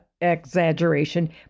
exaggeration